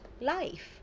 life